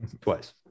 twice